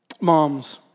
Moms